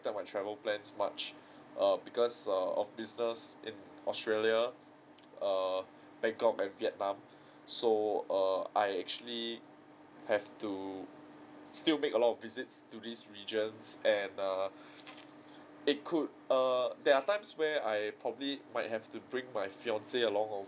affected my travel plans much err because err of business in australia err bangkok and vietnam so err I actually have to still make a lot of visits to these regions and err it could err there are times where I probably might have to bring my fiancee along